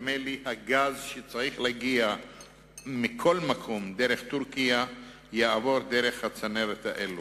נדמה לי שהגז שצריך להגיע מכל מקום דרך טורקיה יעבור דרך הצנרת הזו.